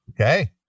Okay